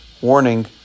warning